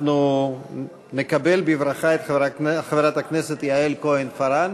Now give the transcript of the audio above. אנחנו נקבל בברכה את חברת הכנסת יעל כהן-פארן